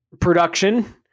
production